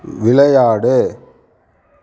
விளையாடு